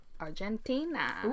Argentina